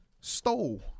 stole